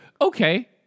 okay